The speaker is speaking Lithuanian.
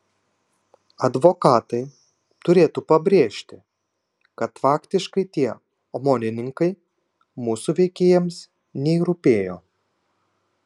advokatai turėtų pabrėžti kad faktiškai tie omonininkai mūsų veikėjams nei rūpėjo